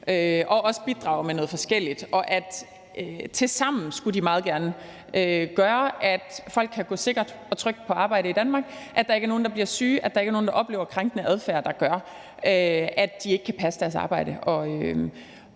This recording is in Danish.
og også bidrage med noget forskelligt, og at de tilsammen meget gerne skulle gøre, at folk kan gå sikkert og trygt på arbejde i Danmark; at der ikke nogen, der bliver syge; at der ikke er nogen, der oplever krænkende adfærd, der gør, at de ikke kan passe deres arbejde